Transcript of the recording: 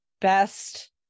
best